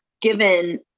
given